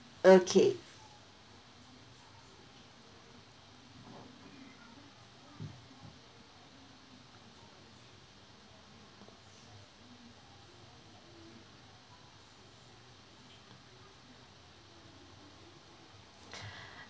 okay